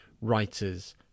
writers